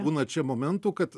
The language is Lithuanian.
būna čia momentų kad